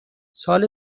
سال